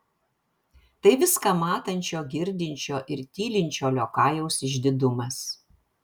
tai viską matančio girdinčio ir tylinčio liokajaus išdidumas